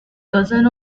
cousin